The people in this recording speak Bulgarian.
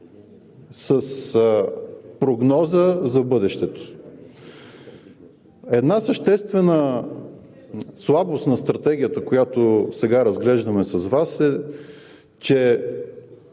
с прогноза за бъдещето. Съществена слабост на Стратегията, която сега разглеждаме с Вас, е, че